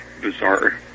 bizarre